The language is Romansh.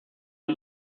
igl